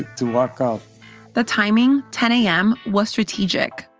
to walk out the timing, ten a m, was strategic.